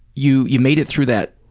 you you made it through that,